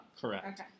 Correct